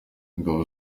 ingabo